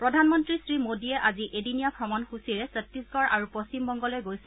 প্ৰধানমন্তী শ্ৰী মোডীয়ে আজি এদিনীয়া অমণসূচীৰে ছত্তিশগড় আৰু পশ্চিমবংগলৈ গৈছে